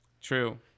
True